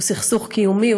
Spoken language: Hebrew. הוא סכסוך קיומי,